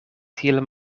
tiel